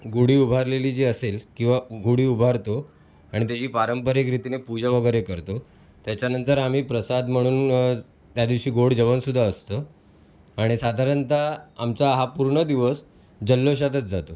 गुढी उभारलेली जी असेल किंवा गुढी उभारतो आणि त्याची पारंपरिकरीतीने पूजा वगैरे करतो त्याच्यानंतर आम्ही प्रसाद म्हणून त्यादिवशी गोड जेवण सुद्धा असतं आणि साधारणतः आमचा हा पूर्ण दिवस जल्लोषातच जातो